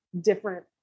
different